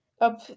up